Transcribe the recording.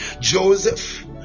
Joseph